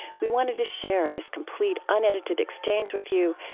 we wanted to share this complete unedited exchange with you.